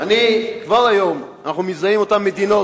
כבר היום אנחנו מזהים אותן מדינות,